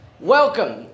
Welcome